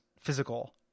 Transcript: physical